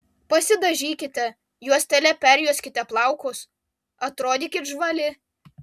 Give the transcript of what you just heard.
pasidažykite juostele perjuoskite plaukus atrodykit žvali